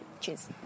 Cheers